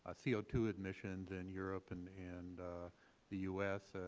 ah c o two admissions in europe and and the u s.